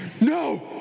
no